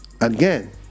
Again